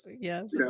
yes